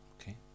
Okay